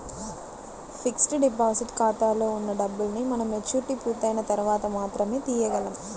fixed deposit ఖాతాలో ఉన్న డబ్బుల్ని మనం మెచ్యూరిటీ పూర్తయిన తర్వాత మాత్రమే తీయగలం